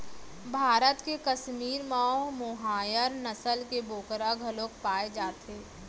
भारत के कस्मीर म मोहायर नसल के बोकरा घलोक पाए जाथे